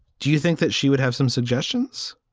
do you think that she would have some suggestions?